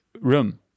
room